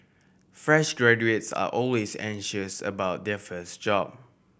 fresh graduates are always anxious about their first job